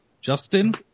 Justin